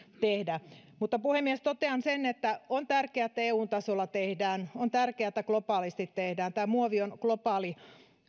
tehdä puhemies totean sen että on tärkeää että eun tasolla tehdään on tärkeää että globaalisti tehdään tämä muovi on globaali